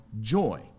joy